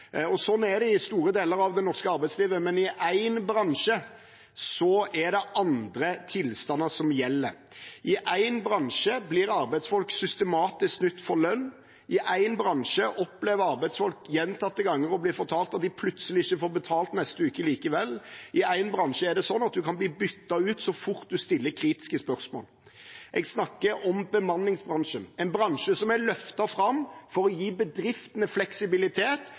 er det i store deler av det norske arbeidslivet, men i én bransje er det andre tilstander som gjelder. I én bransje blir arbeidsfolk systematisk snytt for lønn, i én bransje opplever arbeidsfolk gjentatte ganger å bli fortalt at de plutselig ikke får betalt neste uke likevel, og i én bransje kan man bli byttet ut så fort man stiller kritiske spørsmål. Jeg snakker om bemanningsbransjen – en bransje som er løftet fram for å gi bedriftene fleksibilitet